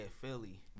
Philly